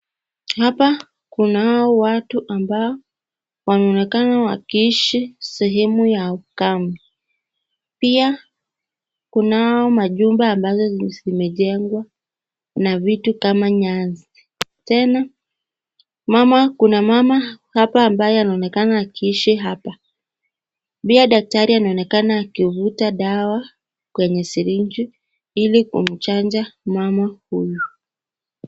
Hapa kunao watu ambao wanaonekana wakiishi sehemu ya ukao. Pia kunao majumba ambazo zimejengwa na vitu kama nyasi. Tena kuna mama hapa ambaye anaonekana akiishi hapa. Pia daktari anaonekana akivuta dawa kwenye siringi ili kumchanja mama huyu.